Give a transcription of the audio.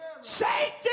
Satan